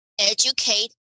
educate